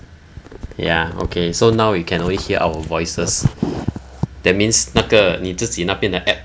ya okay so now you can always hear our voices that means 那个你自己那边的 app